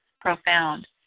profound